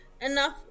enough